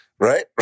Right